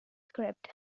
script